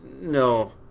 No